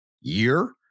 year